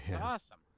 awesome